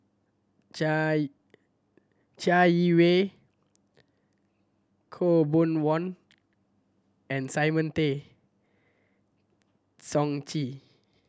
Chai Chai Yee Wei Khaw Boon Wan and Simon Tay Seong Chee